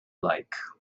like